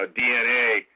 DNA